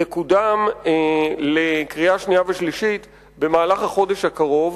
תקודם לקריאה שנייה ושלישית במהלך החודש הקרוב.